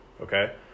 okay